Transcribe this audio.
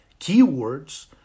keywords